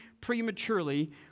prematurely